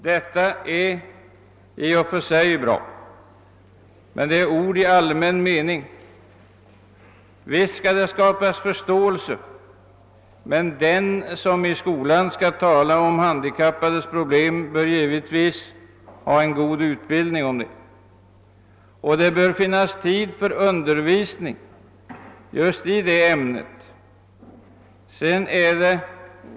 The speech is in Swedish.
Detta är bra i och för sig men det är bara allmänna ordalag. Visst skall det skapas förstå else men den som i skolan skall tala om de handikappades problem bör givetvis ha en god utbildning i ämnet. Det bör också finnas tid för undervisning i just det ämnet.